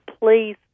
please